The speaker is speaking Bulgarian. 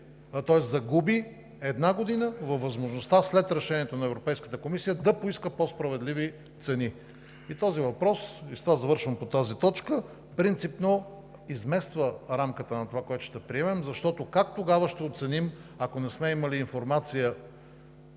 загуби една година във възможността след решението на Европейската комисия да поиска по-справедливи цени. И този въпрос – и с това завършвам по тази точка, принципно измества рамката на това, което ще приемем, защото как тогава ще оценим, ако не сме имали информация